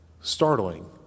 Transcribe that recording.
startling